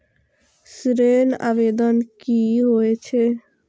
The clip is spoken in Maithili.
ऋण आवेदन की होय छै?